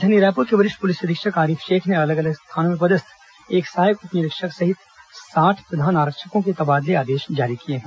राजधानी रायपुर के वरिष्ठ पुलिस अधीक्षक आरिफ शेख ने अलग अलग थानों में पदस्थ एक सहायक उप निरीक्षक सहित साठ प्रधान आरक्षकों के तबादला आदेश जारी किए हैं